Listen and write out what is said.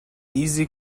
easy